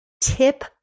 tip